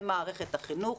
למערכת החינוך.